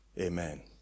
Amen